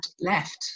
left